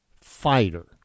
fighter